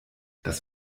das